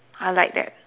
I like that